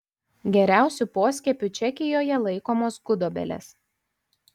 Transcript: geriausiu poskiepiu čekijoje laikomos gudobelės